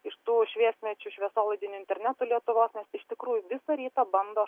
iš tų šviesmečių šviesolaidinio interneto lietuvos nes iš tikrųjų visą rytą bandote